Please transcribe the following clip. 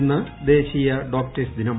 ഇന്ന് ദേശീയ ഡോക്ടേഴ്സ് ദിനം